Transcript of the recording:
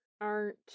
aren't-